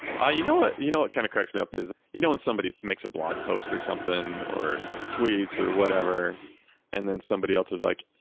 ah you know what you know kind of cracks me up is you know when somebody makes a blog post or something, or or tweets, or whatever and then somebody else is like,